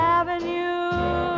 avenue